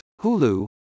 Hulu